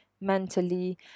mentally